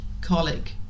colic